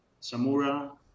Samura